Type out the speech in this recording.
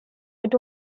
but